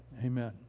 Amen